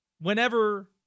whenever